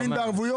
מעבר לערבות?